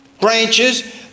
branches